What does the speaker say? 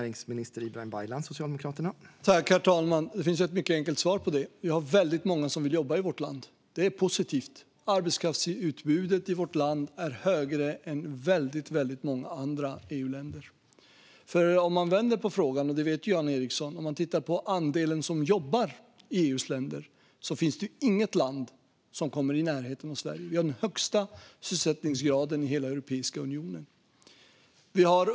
Herr talman! Det finns ett mycket enkelt svar på det. Vi har väldigt många som vill jobba i vårt land. Det är positivt. Arbetskraftsutbudet i vårt land är högre än i väldigt många andra EU-länder. Om man vänder på frågan - det här vet Jan Ericson om - och tittar på andelen som jobbar i EU:s länder ser man inte det inte finns något land som kommer i närheten av Sverige. Vi har den högsta sysselsättningsgraden i hela Europeiska unionen.